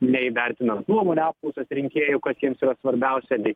nei vertinant nuomonių apklausas rinkėjų kas jiems yra svarbiausia bei